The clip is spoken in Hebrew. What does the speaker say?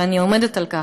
ואני עומדת על כך,